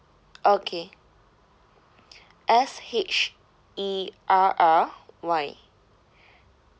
okay S H E R R Y